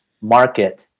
market